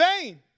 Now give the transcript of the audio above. vain